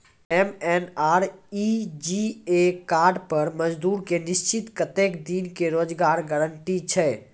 MNREGA card पर मजदुर के निश्चित कत्तेक दिन के रोजगार गारंटी छै?